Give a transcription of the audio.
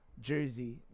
Jersey